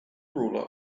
ruler